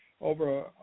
over